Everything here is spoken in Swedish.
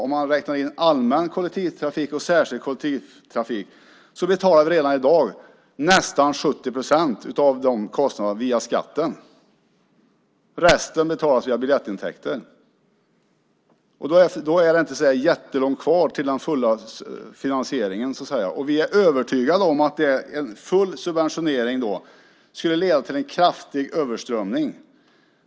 Om man räknar in allmän kollektivtrafik och särskild kollektivtrafik ser man att vi redan i dag betalar nästan 70 procent av kostnaderna via skatten. Resten betalas via biljettintäkter. Då är det inte så jättelångt kvar till den fulla finansieringen, så att säga. Vi är övertygade om att full subventionering skulle leda till en kraftig överströmning.